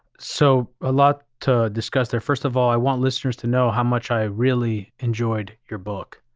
so a lot to discuss there. first of all, i want listeners to know how much i really enjoyed your book.